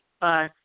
Bye